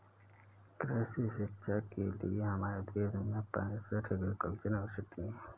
कृषि शिक्षा के लिए हमारे देश में पैसठ एग्रीकल्चर यूनिवर्सिटी हैं